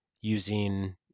using